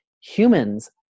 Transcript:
humans